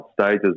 stages